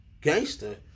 gangster